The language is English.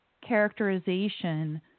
characterization